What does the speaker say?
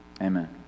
Amen